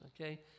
Okay